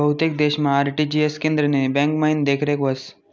बहुतेक देशमा आर.टी.जी.एस केंद्रनी ब्यांकमाईन देखरेख व्हस